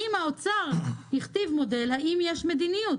כלומר, האם האוצר הכתיב מודל והאם יש מדיניות.